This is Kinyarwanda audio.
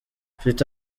mfite